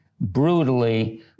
brutally